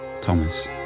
Thomas